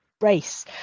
race